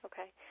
Okay